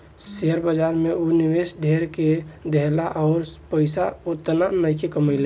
share बाजार में ऊ निवेश ढेर क देहलस अउर पइसा ओतना नइखे कमइले